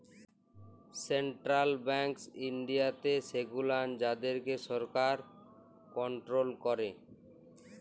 central banks ইনডিয়াতে সেগুলান যাদেরকে সরকার কনটোরোল ক্যারে